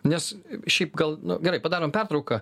nes šiaip gal nu gerai padarom pertrauką